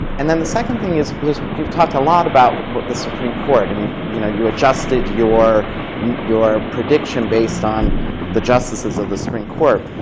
and then, the second thing is you've talked a lot about but the supreme court. and you know you've adjusted your your prediction based on the justices of the supreme court.